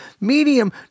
medium